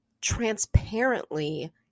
transparently